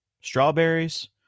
strawberries